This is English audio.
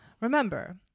Remember